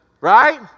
Right